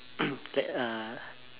that uh